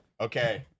Okay